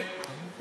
אדוני היושב-ראש,